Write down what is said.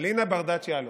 אלינה ברדץ' יאלוב,